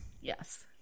Yes